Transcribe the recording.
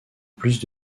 plus